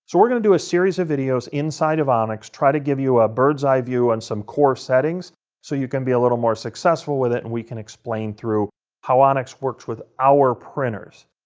so we're going to do a series of videos inside of onyx try to give you a birds-eye view on some core settings so you can be a little more successful with it. and we can explain through how onyx works with our printers.